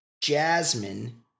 Jasmine